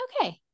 okay